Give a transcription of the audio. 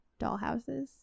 dollhouses